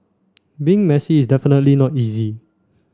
being messy is definitely not easy